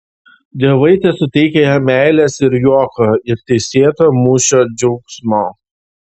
dievai tesuteikia jam meilės ir juoko ir teisėto mūšio džiaugsmo